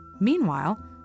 Meanwhile